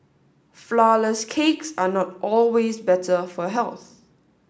flour less cakes are not always better for health